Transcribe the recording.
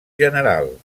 general